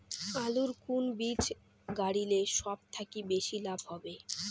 আলুর কুন বীজ গারিলে সব থাকি বেশি লাভ হবে?